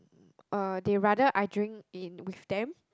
uh they rather I drink in with them